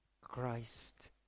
Christ